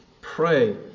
pray